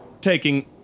taking